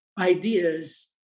ideas